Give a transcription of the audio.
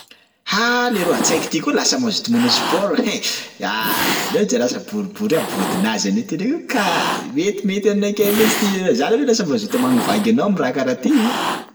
Ha leroa tsaiky ty koa lasa mazoto manao sport, hein ahh eo de lasa boribory aby vodinazy anetena io ka metimety aminakay mihisy ty za loha lasa mazoto hamangivangy anao am'raha karaha ty.